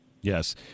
Yes